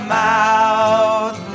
mouth